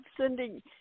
sending